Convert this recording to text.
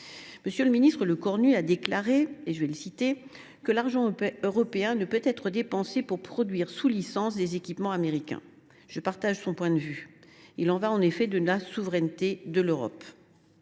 M. le ministre Lecornu a déclaré que l’argent du contribuable européen ne peut pas être dépensé « pour produire sous licence des équipements américains ». Je partage son point de vue. Il y va en effet de la souveraineté de l’Europe.